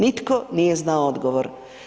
Nitko nije znao odgovor.